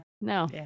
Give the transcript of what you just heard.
no